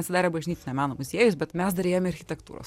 atsidarė bažnytinio meno muziejus bet mes dar ėjom į architektūros